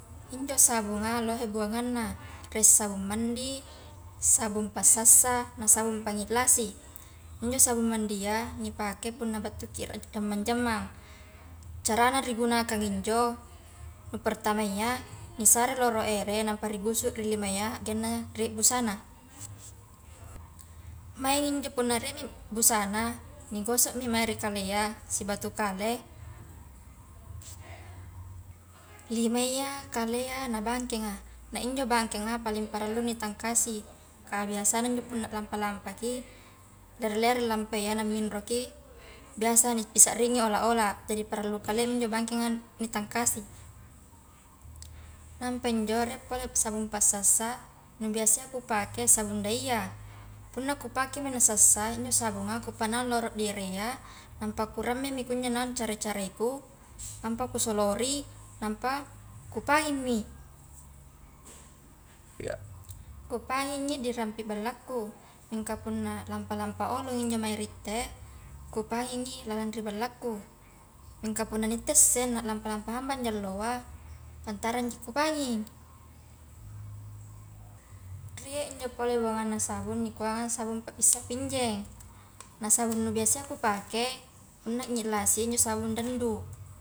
Injo sabunga lohe buanganna, rie sabung mandi, sabung pasassa, na sabung pangi lasi, injo sabung mandia nipake punna battuki ri kamanjammang, carana ri gunakan injo nu pertama iya nisare loro ere nampa ri gusu ri limayya hagengna rie busana, maingi injo punna rie mi busana, nigosomi mae ri kalea sibatu kale, limayya, kalea, na bangkenga, na injo bangkenga punna parallu ni tangakasi, kah biasana njo punna lampa-lampaki, lere-lere lampa ia na minroki biasa nipisa ringi ola-ola, jari parallu kalia minjo bangkenga nitangkasi, napa injo rie pole sabung pasassa nu biasa ia kupake saun daia, punna kupakemi na sassa injo sabunga ku panaung loro di erea napa kurammemi kunjo naung care-careku, nampa kusolori nampa ku paingmi, kupaingi di rampi ballakku, mingka punna lampa-lampa olongi njo mae ri itte kupangingi lalang ri ballakku, mingka punna nittesse na lampa-lampa hambangja alloa pantarangji kupanging, rie injo pole buanganna sabung nikuanga sabung pabissa pinjeng, nah sabung nu biasa iya kupake injo sabung dandu.